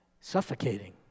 suffocating